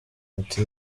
ati